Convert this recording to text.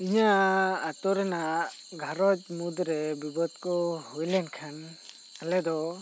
ᱤᱧᱟᱹᱜ ᱟᱛᱳ ᱨᱮᱱᱟᱜ ᱜᱷᱟᱨᱚᱸᱡᱽ ᱢᱩᱫᱽ ᱨᱮ ᱵᱤᱵᱟᱹᱫ ᱠᱚ ᱦᱩᱭ ᱞᱮᱱ ᱠᱷᱟᱱ ᱟᱞᱮ ᱫᱚ